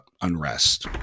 unrest